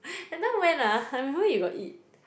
that time when ah I remember you got eat